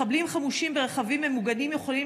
מחבלים חמושים ברכבים ממוגנים יכולים